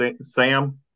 Sam